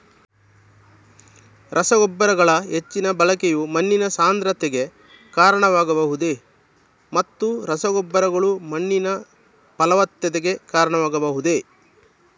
ರಸಗೊಬ್ಬರಗಳ ಹೆಚ್ಚಿನ ಬಳಕೆಯು ಮಣ್ಣಿನ ಸಾಂದ್ರತೆಗೆ ಕಾರಣವಾಗಬಹುದೇ ಮತ್ತು ರಸಗೊಬ್ಬರಗಳು ಮಣ್ಣಿನ ಫಲವತ್ತತೆಗೆ ಕಾರಣವಾಗಬಹುದೇ?